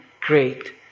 great